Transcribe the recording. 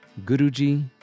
Guruji